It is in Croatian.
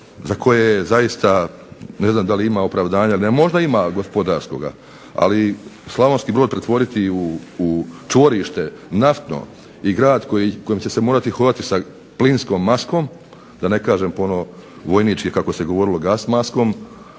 za koje zaista ne znam da li ima opravdanja, možda ima gospodarskoga, ali Slavonski Brod pretvoriti u čvorište naftno i grad u kojem će se morati hodati sa plinskom maskom, da ne kažem po ono vojnički kako se govorilo gas maskom,